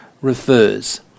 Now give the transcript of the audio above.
refers